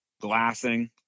glassing